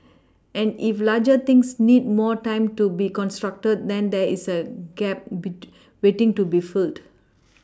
and if larger things need more time to be constructed then there's a gap waiting to be filled